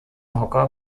hocker